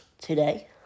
Today